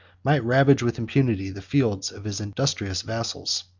might ravage with impunity the fields of his industrious vassals.